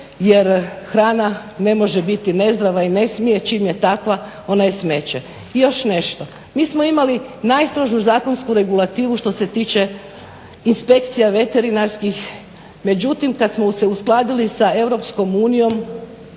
jer hrana ne može biti nezdrava i ne smije, čim je takva ona je smeće. I još nešto. Mi smo imali najstrožu zakonsku regulativu što se tiče inspekcija veterinarskih. Međutim, kad smo se uskladili sa EU dosta je